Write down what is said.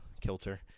kilter